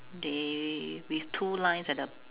they with two lines at the